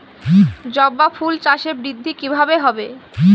জবা ফুল চাষে বৃদ্ধি কিভাবে হবে?